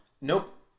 Nope